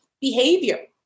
behavior